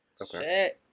Okay